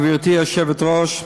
גברתי היושבת-ראש,